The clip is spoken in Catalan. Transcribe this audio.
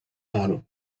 moro